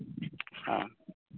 ᱦᱮᱸ